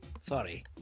Sorry